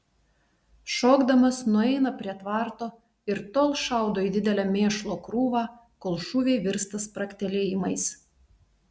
šokdamas nueina prie tvarto ir tol šaudo į didelę mėšlo krūvą kol šūviai virsta spragtelėjimais